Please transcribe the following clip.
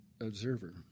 observer